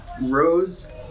rose